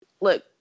Look